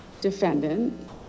defendant